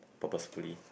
purposefully